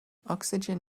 oxygen